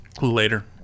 Later